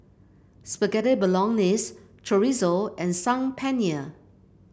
Spaghetti Bolognese Chorizo and Saag Paneer